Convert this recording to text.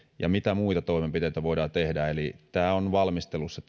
ja mitä muita toimenpiteitä voidaan tehdä eli kartoitus tästä on valmistelussa